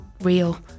real